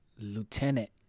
lieutenant